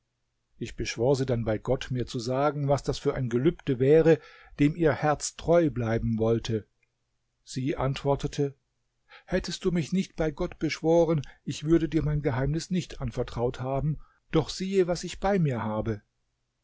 ich beschwor sie dann bei gott mir zu sagen was das für ein gelübde wäre dem ihr herz treu bleiben wollte sie antwortete hättest du mich nicht bei gott beschworen ich würde dir mein geheimnis nicht anvertraut haben doch siehe was ich bei mir habe